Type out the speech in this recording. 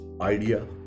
idea